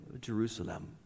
Jerusalem